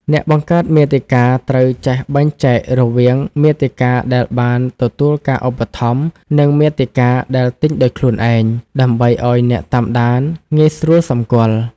អ្នកបង្កើតមាតិកាត្រូវចេះបែងចែករវាង "មាតិកាដែលបានទទួលការឧបត្ថម្ភ" និង "មាតិកាដែលទិញដោយខ្លួនឯង" ដើម្បីឱ្យអ្នកតាមដានងាយស្រួលសម្គាល់។